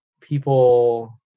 people